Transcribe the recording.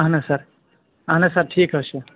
اَہَن حظ سَر اَہَن حظ سَر ٹھیٖک حظ چھِ